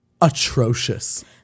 atrocious